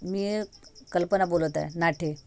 मी कल्पना बोलत आहे नाठी